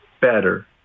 better